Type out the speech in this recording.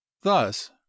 Thus